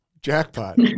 jackpot